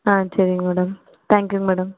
ஆ சரிங்க மேடம் தேங்க்யூங்க மேடம்